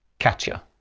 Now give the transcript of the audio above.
katya